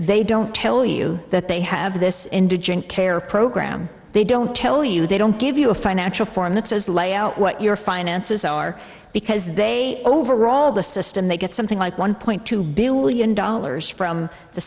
they don't tell you that they have this indigent care program they don't tell you they don't give you a financial form that says lay out what your finances are because they overall the system they get something like one point two billion dollars from the